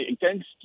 thanks